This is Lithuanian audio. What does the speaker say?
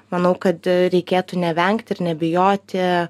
manau kad reikėtų nevengti ir nebijoti